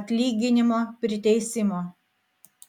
atlyginimo priteisimo